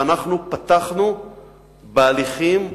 ואנחנו פתחנו בהליכים,